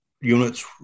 units